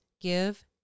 give